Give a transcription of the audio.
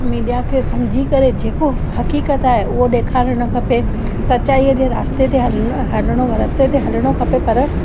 media खे सम्झी करे जेको हकीकत आहे उहो ॾेखारण खपे सच्चाईअ जे रास्ते ते हल हलिणो रस्ते ते हलिणो खपे पर